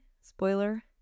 Spoiler